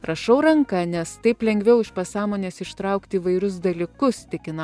rašau ranka nes taip lengviau iš pasąmonės ištraukti įvairius dalykus tikina